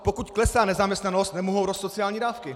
Pokud klesá nezaměstnanost, nemohou růst sociální dávky!